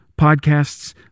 podcasts